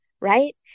right